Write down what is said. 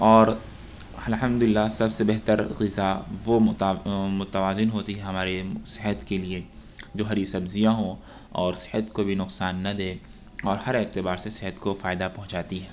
اور الحمد للہ سب سے بہتر غذا وہ متا متوازن ہوتی ہے ہماری صحت کے لیے جو ہری سبزیاں ہوں اور صحت کو بھی نقصان نہ دے اور ہر اعتبار سے صحت کو فائدہ پہنچاتی ہے